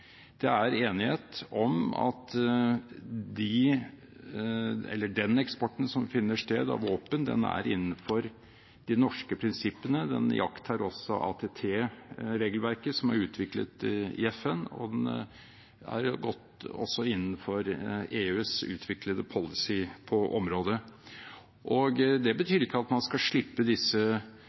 Det er enighet om at den eksporten av våpen som finner sted, er innenfor de norske prinsippene. Den iakttar ATT-regelverket, som er utviklet i FN, og den er også godt innenfor EUs utviklede policy på området. Det betyr ikke at man skal slippe disse